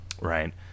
Right